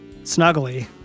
Snuggly